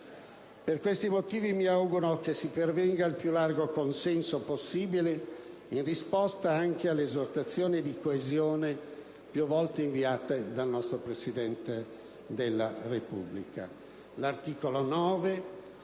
Per questi motivi, mi auguro che si pervenga al più largo consenso possibile, in risposta anche alle esortazioni alla coesione più volte inviate dal nostro Presidente della Repubblica.